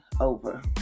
over